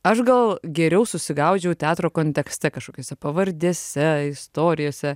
aš gal geriau susigaudžiau teatro kontekste kažkokiose pavardėse istorijose